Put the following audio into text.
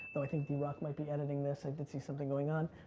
no, i think drock might be editing this, i did see something going on.